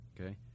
okay